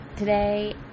Today